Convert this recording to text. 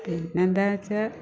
പിന്നെ എന്താണെന്നു വച്ചാൽ